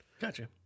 Gotcha